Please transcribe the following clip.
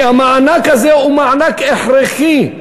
כי המענק הזה הוא מענק הכרחי.